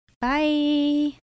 Bye